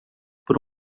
por